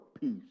peace